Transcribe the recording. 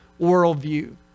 worldview